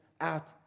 out